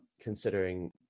considering